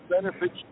benefits